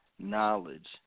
Knowledge